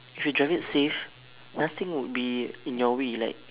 if you drive it safe nothing would be in your way like